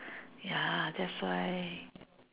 ya that's why